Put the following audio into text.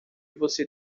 você